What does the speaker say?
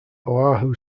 oahu